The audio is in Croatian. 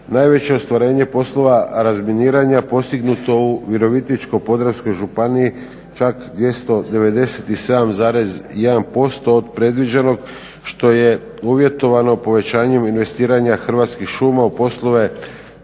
najveće ostvarenje poslova razminiranja postignuto u Virovitičko-podravskoj županiji čak 297,1% od predviđenog što je uvjetovano povećanjem investiranja Hrvatskih šuma u poslove